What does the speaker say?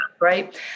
right